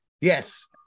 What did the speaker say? Yes